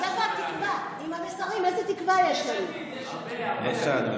הרבה תקווה יש פה.